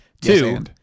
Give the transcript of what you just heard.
Two